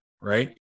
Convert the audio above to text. right